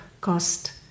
cost